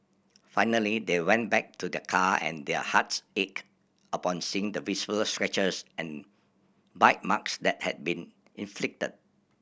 finally they went back to their car and their hearts ached upon seeing the visible scratches and bite marks that had been inflicted